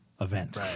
event